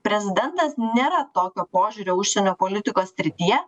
prezidentas nėra tokio požiūrio užsienio politikos srityje